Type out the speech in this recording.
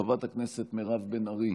חברת הכנסת מירב בן ארי,